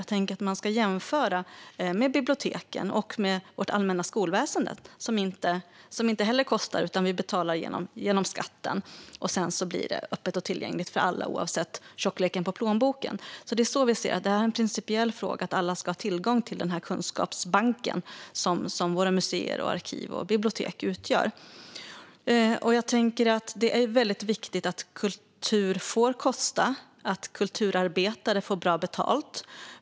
Jag tänker att man ska jämföra dem med biblioteken och med vårt allmänna skolväsen, som inte heller kostar utan betalas via skatten och därför blir öppet och tillgängligt för alla, oavsett tjocklek på plånboken. Det är så vi ser detta: Det är en principiell fråga att alla ska ha tillgång till den kunskapsbank som våra museer, arkiv och bibliotek utgör. Jag tänker att det är väldigt viktigt att kultur får kosta och att kulturarbetare får bra betalt.